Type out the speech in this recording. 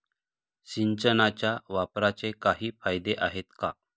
सिंचनाच्या वापराचे काही फायदे आहेत का?